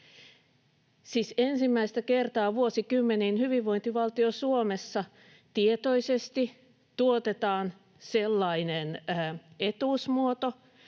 ensimmäistä kertaa vuosikymmeniin hyvinvointivaltio Suomessa tietoisesti tuotetaan sellainen etuusmuoto,